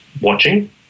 watching